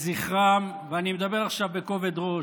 לזכרם, ואני מדבר עכשיו בכובד ראש,